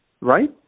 Right